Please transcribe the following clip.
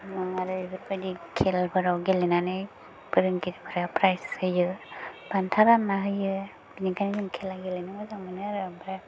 आं आरो बेफोरबायदि खेलफोराव गेलेनानै फोरोंगिरिफ्रा प्राइज होयो बान्था रान्ना होयो बिनिखायनो जों खेला गेलेनो मोजां मोनो आरो ओमफ्राय